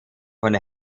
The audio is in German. von